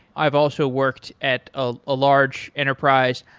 i've also worked at a ah large enterprise.